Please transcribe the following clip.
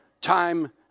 time